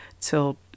till